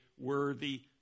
worthy